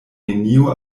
neniu